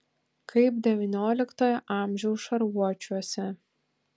kaip devynioliktojo amžiaus šarvuočiuose